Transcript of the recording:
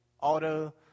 auto